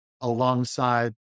alongside